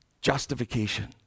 justification